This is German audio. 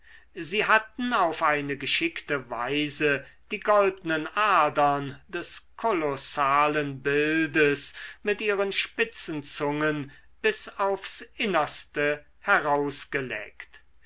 sie hatten auf eine geschickte weise die goldnen adern des kolossalen bildes mit ihren spitzen zungen bis aufs innerste